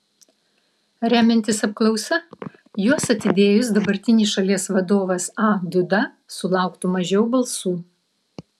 remiantis apklausa juos atidėjus dabartinis šalies vadovas a duda sulauktų mažiau balsų